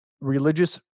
religious